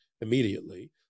immediately